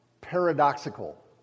paradoxical